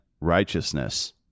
righteousness